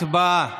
הצבעה.